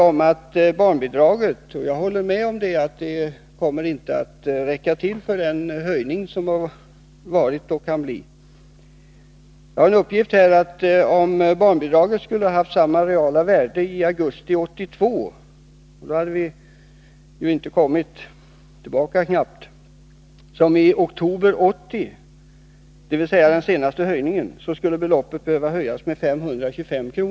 Om barnbidraget i augusti 1982 skulle ha haft samma realvärde — och då hade vi inte kommit tillbaka — som i oktober 1980, dvs. efter den senaste höjningen, skulle det ha behövt höjas med 525 kr.